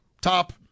top